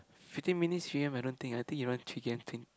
fifteen minutes three k_M I don't think I think you run three k_m twen~